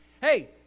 hey